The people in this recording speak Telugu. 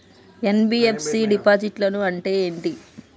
ఎన్.బి.ఎఫ్.సి డిపాజిట్లను అంటే ఏంటి?